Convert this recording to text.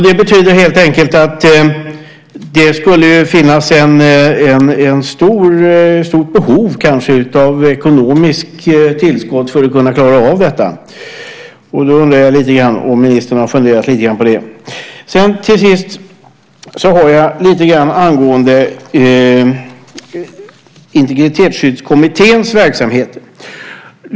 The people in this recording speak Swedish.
Det betyder helt enkelt att det skulle finnas ett stort behov av ekonomiskt tillskott för att kunna klara av detta. Jag undrar om ministern har funderat lite grann på det. Till sist har jag lite att säga angående Integritetsskyddskommitténs verksamhet.